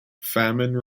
famine